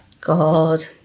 God